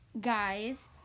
guys